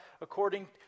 according